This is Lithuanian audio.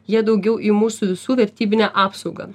jie daugiau į mūsų visų vertybinę apsaugą